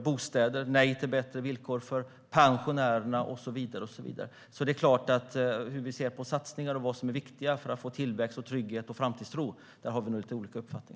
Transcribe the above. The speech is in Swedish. Man säger nej till bättre villkor för pensionärerna och så vidare. När det gäller satsningar och vad som är viktigt för att få tillväxt, trygghet och framtidstro har vi nog lite olika uppfattning.